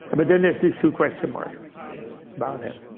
but then there's these two question marks about him.